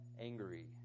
angry